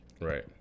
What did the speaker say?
right